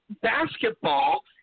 basketball